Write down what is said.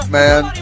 man